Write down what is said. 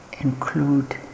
Include